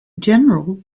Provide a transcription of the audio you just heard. general